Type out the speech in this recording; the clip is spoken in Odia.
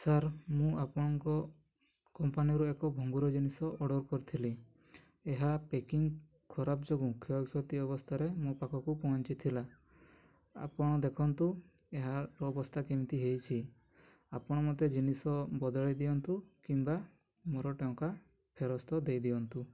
ସାର୍ ମୁଁ ଆପଣଙ୍କ କମ୍ପାନୀରୁ ଏକ ଭଙ୍ଗୁର ଜିନିଷ ଅର୍ଡ଼ର୍ କରିଥିଲି ଏହା ପେକିଂ ଖରାପ ଯୋଗୁଁ କ୍ଷୟକ୍ଷତି ଅବସ୍ଥାରେ ମୋ ପାଖକୁ ପହଞ୍ଚିଥିଲା ଆପଣ ଦେଖନ୍ତୁ ଏହାର ଅବସ୍ଥା କେମିତି ହୋଇଛି ଆପଣ ମତେ ଜିନିଷ ବଦଳେଇ ଦିଅନ୍ତୁ କିମ୍ବା ମୋର ଟଙ୍କା ଫେରସ୍ତ ଦେଇଦିଅନ୍ତୁ